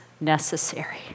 necessary